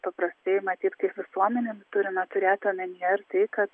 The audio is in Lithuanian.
paprastai matyt kaip visuomenė turime turėti omenyje ir tai kad